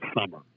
summer